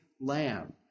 lamb